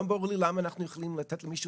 לא ברור לי למה אנחנו יכולים לתת למישהו